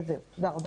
תודה רבה.